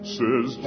says